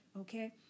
Okay